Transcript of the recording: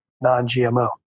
non-GMO